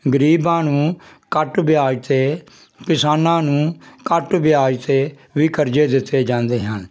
ਗਰੀਬਾਂ ਨੂੰ ਘੱਟ ਵਿਆਜ 'ਤੇ ਕਿਸਾਨਾਂ ਨੂੰ ਘੱਟ ਵਿਆਜ 'ਤੇ ਵੀ ਕਰਜ਼ੇ ਦਿੱਤੇ ਜਾਂਦੇ ਹਨ